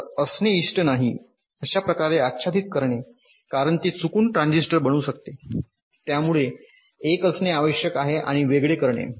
तर असणे इष्ट नाही अशा प्रकारे आच्छादित करणे कारण ते चुकून ट्रान्झिस्टर बनू शकते त्यामुळे एक असणे आवश्यक आहे आणि वेगळे करणे